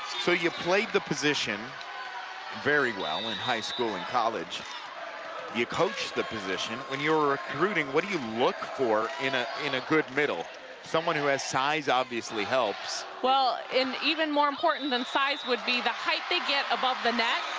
so you played the position very well in high school and college you coached the position when you were recruiting, what do you look for in ah in a good middle someone who has size obviously helps. well, and even more importantthan size would be the height they get above the net.